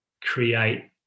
create